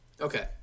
Okay